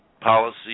policy